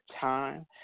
time